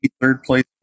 third-place